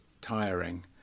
tiring